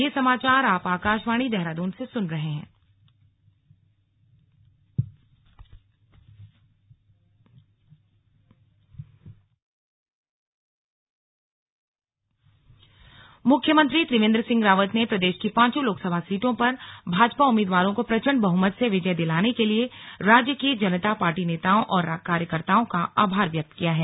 slug मुख्यमंत्री चुनाव प्रतिक्रिया मुख्यमंत्री त्रिवेंद्र सिंह रावत ने प्रदेश की पांचों लोकसभा सीटों पर भाजपा उम्मीदवारों को प्रचंड बहुमत से विजय दिलाने के लिए राज्य की जनता पार्टी नेताओं और कार्यकर्ताओं का आभार व्यक्त किया है